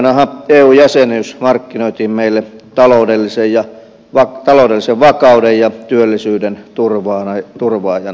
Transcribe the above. aikoinaanhan eu jäsenyys markkinoitiin meille taloudellisen vakauden ja työllisyyden turvaajana